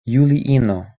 juliino